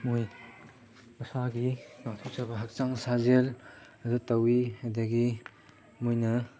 ꯃꯣꯏ ꯃꯁꯥꯒꯤ ꯉꯥꯛꯊꯣꯛꯆꯕ ꯍꯛꯆꯥꯡ ꯁꯥꯖꯦꯜ ꯑꯗꯨ ꯇꯧꯏ ꯑꯗꯒꯤ ꯃꯣꯏꯅ